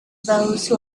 those